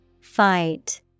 Fight